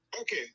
okay